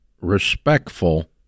respectful